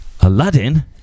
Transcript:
Aladdin